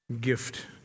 gift